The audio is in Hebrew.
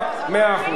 מאה אחוז.